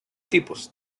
tipos